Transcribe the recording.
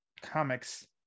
comics